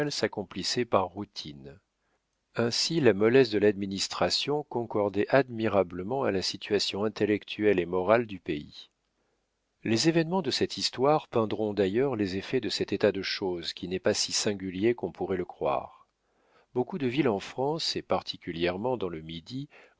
s'accomplissaient par routine ainsi la mollesse de l'administration concordait admirablement à la situation intellectuelle et morale du pays les événements de cette histoire peindront d'ailleurs les effets de cet état de choses qui n'est pas si singulier qu'on pourrait le croire beaucoup de villes en france et particulièrement dans le midi